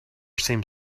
seemed